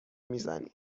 میزنی